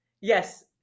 Yes